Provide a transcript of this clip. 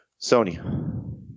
Sony